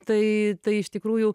tai tai iš tikrųjų